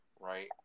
Right